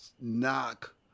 knock